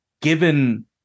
given